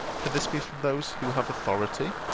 can this be from those who have authority